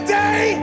day